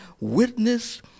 witness